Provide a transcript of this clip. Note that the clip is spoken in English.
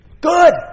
Good